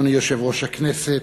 אדוני יושב-ראש הכנסת,